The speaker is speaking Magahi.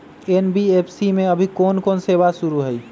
एन.बी.एफ.सी में अभी कोन कोन सेवा शुरु हई?